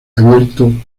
abierto